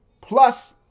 plus